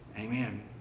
amen